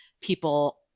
people